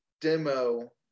demo